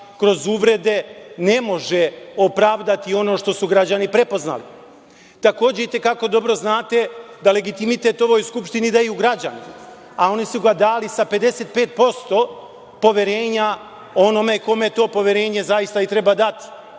kroz uvrede, ne može opravdati ono što su građani prepoznali. Takođe itekako dobro znate da legitimitet ovoj Skupštini daju građani, a oni su ga dali sa 55% poverenja onome kome to poverenje zaista treba dati,